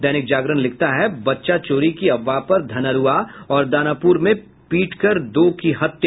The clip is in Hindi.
दैनिक जागरण लिखता है बच्चा चोरी की अफवाह पर धनरूआ और दानापुर में पीट कर दो की हत्या